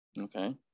Okay